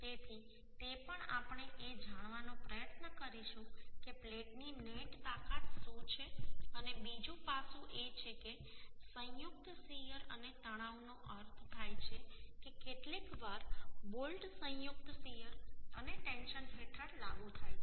તેથી તે પણ આપણે એ જાણવાનો પ્રયત્ન કરીશું કે પ્લેટની નેટ તાકાત શું છે અને બીજું પાસું એ છે કે સંયુક્ત શીયર અને તણાવનો અર્થ થાય છે કે કેટલીકવાર બોલ્ટ સંયુક્ત શીયર અને ટેન્શન હેઠળ લાગુ થાય છે